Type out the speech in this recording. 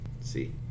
See